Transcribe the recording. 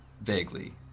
Vaguely